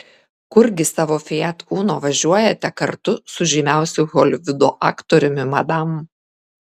kurgi savo fiat uno važiuojate kartu su žymiausiu holivudo aktoriumi madam